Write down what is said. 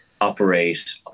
operate